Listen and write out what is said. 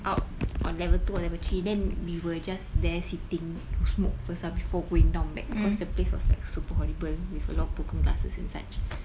out on level two or level three then we were just there sitting to smoke first ah before going down back because the place was like super horrible with a lot of broken glasses and such